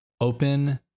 open